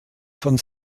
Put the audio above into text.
von